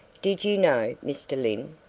did you know mr. lyne?